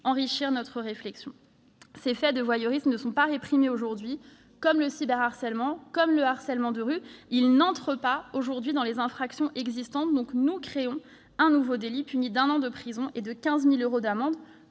enrichir notre réflexion. Ces faits de voyeurisme ne sont pas réprimés aujourd'hui. Comme le cyberharcèlement, comme le harcèlement de rue, ils n'entrent pas aujourd'hui dans les infractions existantes. Nous proposons donc de créer un nouveau délit, puni de un an d'emprisonnement et de 15 000 euros d'amende,